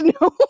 no